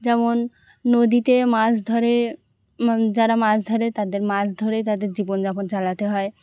যেমন নদীতে মাছ ধরে যারা মাছ ধরে তাদের মাছ ধরেই তাদের জীবনযাপন চালাতে হয়